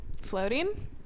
Floating